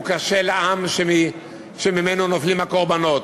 הוא קשה לעם שממנו נופלים הקורבנות,